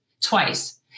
twice